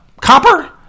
copper